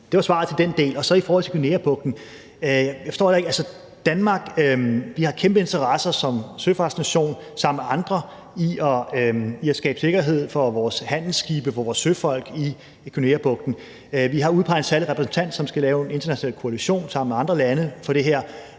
Det var svaret til den del. I forhold til Guineabugten forstår jeg det heller ikke. I Danmark har vi som søfartsnation sammen med andre kæmpe interesser i at skabe sikkerhed for vores handelsskibe og vores søfolk i Guineabugten. Vi har udpeget en særlig repræsentant, som skal lave en international koalition sammen med andre lande. Andre